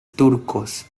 turcos